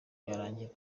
byarangira